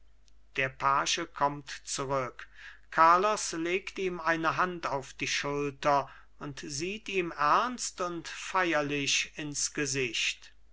der page kommt zurück carlos legt ihm eine hand auf die schulter und sieht ihm ernst und feierlich ins gesicht